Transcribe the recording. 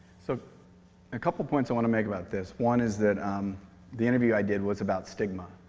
so a couple of points i want to make about this, one is that um the interview i did was about stigma.